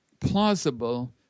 plausible